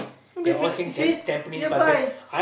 don't they feel you see nearby